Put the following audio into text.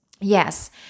yes